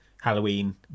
Halloween